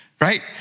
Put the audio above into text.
Right